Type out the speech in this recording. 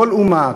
כל אומה,